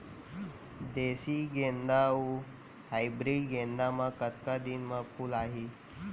देसी गेंदा अऊ हाइब्रिड गेंदा म कतका दिन म फूल आही?